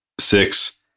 Six